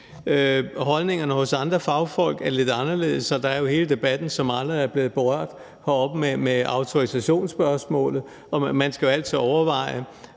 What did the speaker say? Holdningerne hos andre fagfolk er lidt anderledes. Der er jo hele debatten, som aldrig blev berørt her, om autorisationsspørgsmålet. Man skal jo altid overveje,